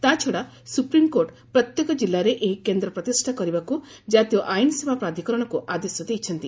ତା' ଛଡ଼ା ସୁପ୍ରିମ୍କୋର୍ଟ ପ୍ରତ୍ୟେକ ଜିଲ୍ଲାରେ ଏହି କେନ୍ଦ୍ର ପ୍ରତିଷା କରିବାକୁ ଜାତୀୟ ଆଇନସେବା ପ୍ରାଧ୍କରଣକୁ ଆଦେଶ ଦେଇଛନ୍ତି